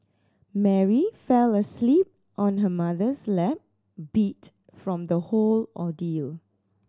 Mary fell asleep on her mother's lap beat from the whole ordeal